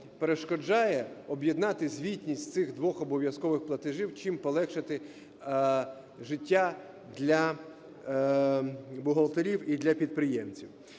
перешкоджає об'єднати звітність цих двох обов'язкових платежів, чим полегшити життя для бухгалтерів і для підприємців.